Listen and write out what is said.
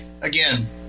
again